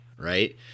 right